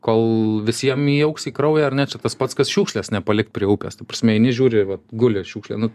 kol visiem įaugs į kraują ar ne čia tas pats kas šiukšles nepalikt prie upės ta prasme eini žiūri vat guli šiukšlė nu